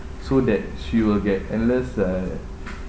so that she will get endless uh